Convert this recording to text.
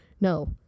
No